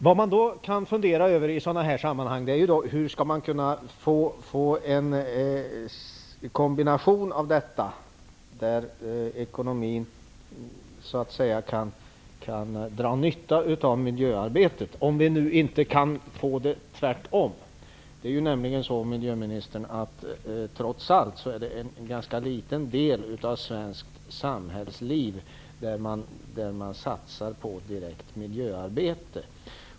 Vad man kan fundera över i sådana här sammanhang är hur man skall kunna få en kombination där ekonomin kan dra nytta av miljöarbetet, om vi nu inte kan få det tvärtom. Trots allt är det ändå en ganska liten del av svenskt samhällsliv där man satsar på direkt miljöarbete.